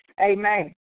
Amen